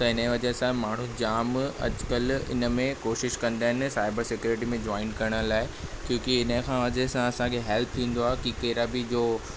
त हिन ई वजह सां माण्हू जाम अॼुकल्ह इन में कोशिशि कंदा आहिनि साइबर सिक्योरिटी में जॉइन करण लाइ क्योकी इन खां वजह सां असांखे हैल्प थींदो आहे की कहिड़ा बि जो